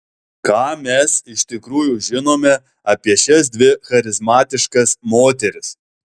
ką mes iš tikrųjų žinome apie šias dvi charizmatiškas moteris